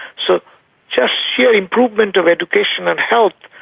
so just sheer improvement of education and health,